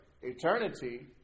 eternity